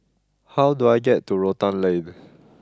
how do I get to Rotan Lane